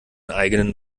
eigenen